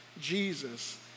Jesus